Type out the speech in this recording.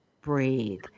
breathe